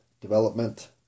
development